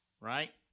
right